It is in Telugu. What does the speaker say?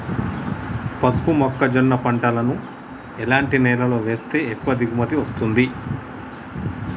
పసుపు మొక్క జొన్న పంటలను ఎలాంటి నేలలో వేస్తే ఎక్కువ దిగుమతి వస్తుంది?